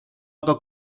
aga